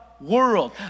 world